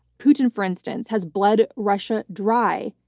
putin for instance, has bled russia dry,